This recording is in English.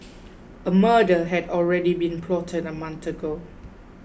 a murder had already been plotted a month ago